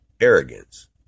arrogance